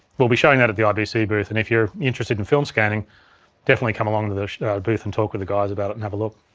we'll be showing that at the ibc booth, and if you're interested in film scanning definitely come along to the booth and talk with the guys about it and have a look.